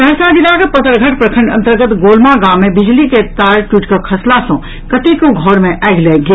सहरसा जिलाक पतरघट प्रखंड अन्तर्गत गोलमा गाम मे बिजली के तार टूटि कऽ खसला सँ कतेको घर मे आगि लागि गेल